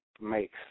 makes